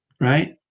right